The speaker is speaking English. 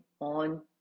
on